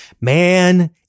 man